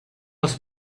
els